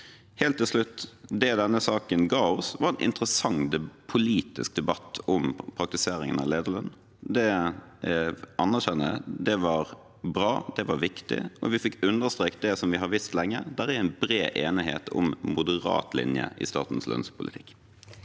Helt til slutt: Det denne saken ga oss, var en interessant politisk debatt om praktiseringen av lederlønn. Det anerkjenner jeg. Det var bra, det var viktig, og vi fikk understreket det som vi har visst lenge, at det er bred enighet om en moderat linje i statens lønnspolitikk.